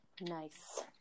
Nice